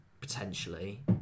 potentially